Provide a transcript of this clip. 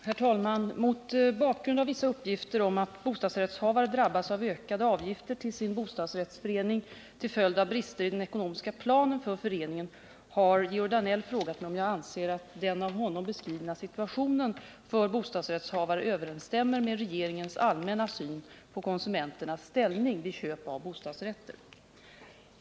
Herr talman! Mot bakgrund av vissa uppgifter om att bostadsrättshavare drabbas av ökade avgifter till sin bostadsrättsförening till följd av brister i den ekonomiska planen för föreningen har Georg Danell frågat mig om jag anser att den av honom beskrivna situationen för bostadsrättsinnehavare överensstämmer med regeringens allmänna syn på konsumenternas ställning vid köp av bostadsrätter.